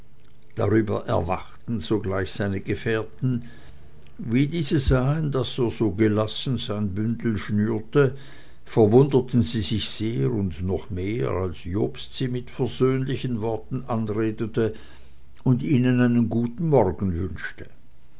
darüber erwachten sogleich seine gefährten wie diese sahen daß er so gelassen sein bündel schnürte verwunderten sie sich sehr und noch mehr als jobst sie mit versöhnlichen worten anredete und ihnen einen guten morgen wünschte